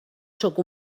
sóc